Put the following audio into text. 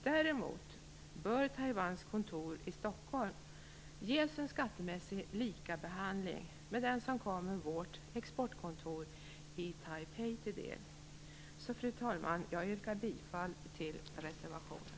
Däremot bör Taiwans kontor i Stockholm ges en skattemässig likabehandling med den som kommer vårt exportkontor i Taipei till del. Fru talman! Jag yrkar bifall till reservationen.